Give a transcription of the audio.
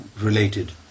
related